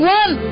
one